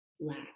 lack